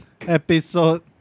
episode